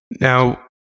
Now